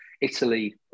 Italy